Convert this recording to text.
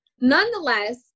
Nonetheless